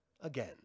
again